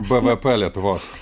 bvp lietuvos